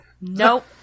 Nope